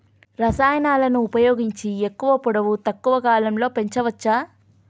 రసాయనాలను ఉపయోగించి ఎక్కువ పొడవు తక్కువ కాలంలో పెంచవచ్చా?